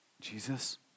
Jesus